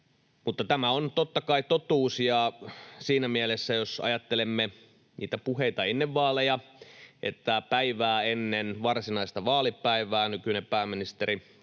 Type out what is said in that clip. tämä on totta kai totuus. Siinä mielessä, jos ajattelemme niitä puheita ennen vaaleja, että päivä ennen varsinaista vaalipäivää nykyinen pääministeri,